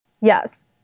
Yes